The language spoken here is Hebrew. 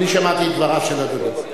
שמעתי את דבריו של אדוני.